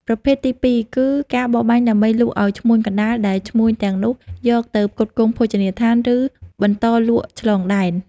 ប្រភេទទីពីរគឺ ការបរបាញ់ដើម្បីលក់ឱ្យឈ្មួញកណ្តាល ដែលឈ្មួញទាំងនោះយកទៅផ្គត់ផ្គង់ភោជនីយដ្ឋាន ឬបន្តលក់ឆ្លងដែន។